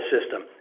system